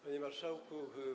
Panie Marszałku!